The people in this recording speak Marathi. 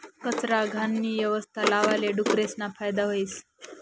कचरा, घाणनी यवस्था लावाले डुकरेसना फायदा व्हस